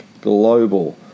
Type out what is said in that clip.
Global